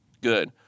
good